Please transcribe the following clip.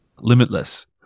Limitless